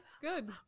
Good